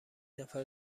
نفر